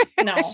no